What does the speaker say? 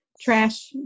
trash